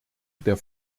der